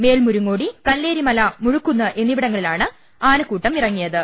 മേൽമുരുങ്ങോടി കല്ലേരിമല മുഴക്കുന്ന് എന്നിവിടങ്ങളിലാണ് ആനക്കൂട്ടം ഇറങ്ങിയത്